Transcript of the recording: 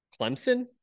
Clemson